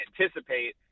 anticipate